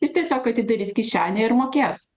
jis tiesiog atidarys kišenę ir mokės